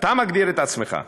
אתה מגדיר את עצמך.